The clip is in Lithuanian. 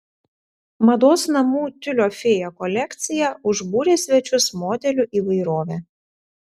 mados namų tiulio fėja kolekcija užbūrė svečius modelių įvairove